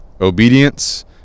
obedience